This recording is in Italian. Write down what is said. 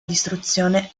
distruzione